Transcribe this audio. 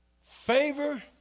Favor